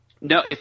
no